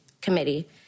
Committee